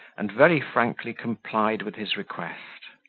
and very frankly complied with his request.